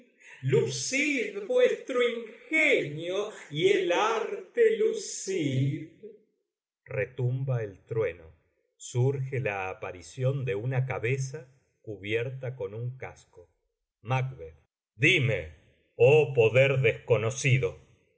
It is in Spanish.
vuestro ingenio y el arte lucid retumba el trueno surge la aparición de una cabeza cubierta con un casco macb dime oh poder desconocido